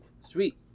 sweet